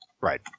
Right